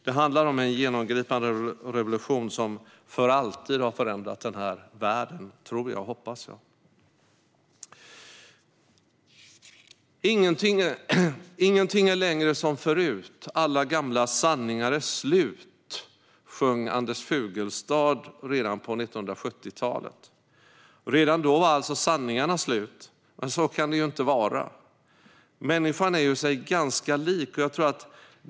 Det handlar om en genomgripande revolution som för alltid har förändrat världen. Det tror och hoppas jag. "Ingenting är längre som förut, alla gamla sanningar är slut", sjöng Anders Fugelstad redan på 1970-talet. Redan då var alltså sanningarna slut, men så kan det ju inte vara. Människan är sig ju ganska lik.